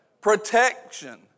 protection